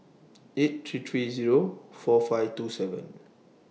eight three three Zero four five two seven